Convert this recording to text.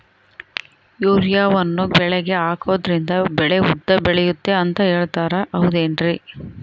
ಯೂರಿಯಾವನ್ನು ಬೆಳೆಗೆ ಹಾಕೋದ್ರಿಂದ ಬೆಳೆ ಉದ್ದ ಬೆಳೆಯುತ್ತೆ ಅಂತ ಹೇಳ್ತಾರ ಹೌದೇನ್ರಿ?